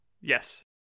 Yes